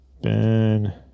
Ben